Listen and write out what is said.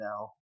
now